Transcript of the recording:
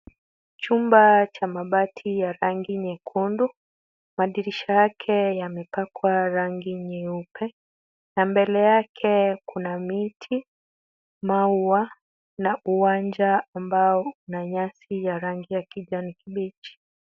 Chumba cha mabati ya rangi nyekundu, madirisha yake yamepakwa rangi nyeupe, na mbele yake kuna miti, maua na uwanja ambao una nyasi ya rangi ya kibichi.